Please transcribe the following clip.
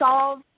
solve